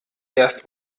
erst